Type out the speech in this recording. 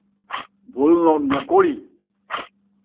ভুল নকৰি